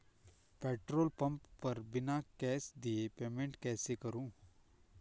Petrol pump पर बिना cash दिए पेमेंट कैसे करूँ?